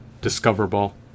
discoverable